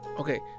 Okay